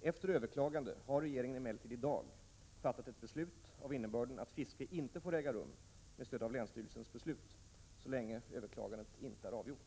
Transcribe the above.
Efter överklagande har regeringen emellertid i dag fattat ett beslut av innebörden att fiske inte får äga rum med stöd av länsstyrelsens beslut så länge överklagandet inte är avgjort.